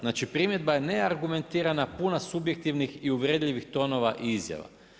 Znači primjedba je neargumentirana, puna subjektivnih i uvredljivih tonova i izjava.